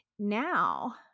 Now